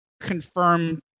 confirm